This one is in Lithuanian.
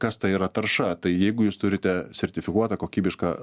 kas tai yra tarša tai jeigu jūs turite sertifikuotą kokybišką